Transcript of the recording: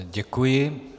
Děkuji.